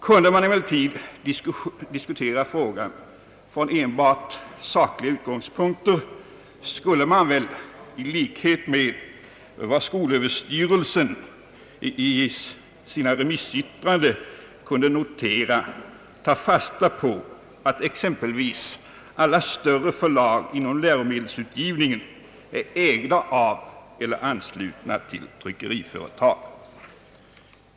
Kunde man emellertid diskutera frågan från enbart sakliga utgångspunkter skulle man i likhet med vad skolöverstyrelsen i sina remissyttranden noterat ta fasta på att exempelvis alla större förlag inom läromedelsutgivningen är ägda av eller anslutna till tryckeriföretag.